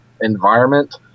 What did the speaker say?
environment